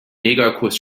negerkuss